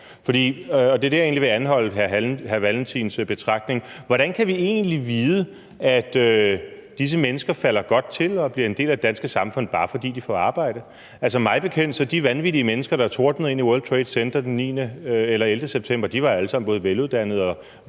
Hvordan kan vi egentlig vide, at disse mennesker falder godt til og bliver en del af det danske samfund, bare fordi de får arbejde? Altså, mig bekendt var de vanvittige mennesker, der tordnede ind i World Trade Center den 11. september, alle sammen både veluddannede og